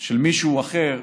של מישהו אחר,